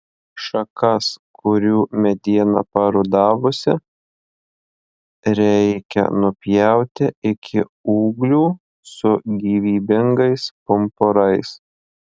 šakas kurių mediena parudavusi reikia nupjauti iki ūglių su gyvybingais pumpurais